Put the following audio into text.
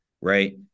Right